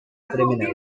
criminals